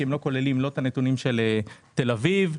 כי הם לא כוללים את הנתונים של תל אביב,